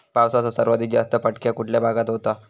पावसाचा सर्वाधिक जास्त फटका कुठल्या भागात होतो?